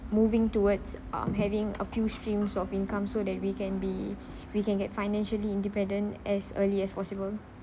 moving towards um having a few streams of income so that we can be we can get financially independent as early as possible